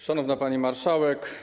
Szanowna Pani Marszałek!